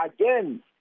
again